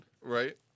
Right